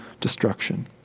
destruction